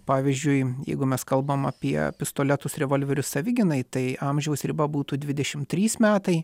pavyzdžiui jeigu mes kalbam apie pistoletus revolverius savigynai tai amžiaus riba būtų dvidešim trys metai